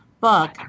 book